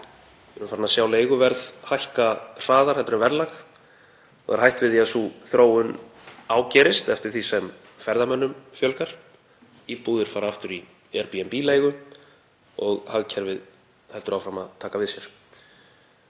Við erum farin að sjá leiguverð hækka hraðar en verðlag og hætt er við því að sú þróun ágerist eftir því sem ferðamönnum fjölgar, íbúðir fara aftur í Airbnb-leigu og hagkerfið heldur áfram að taka við sér.